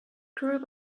groups